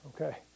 okay